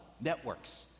networks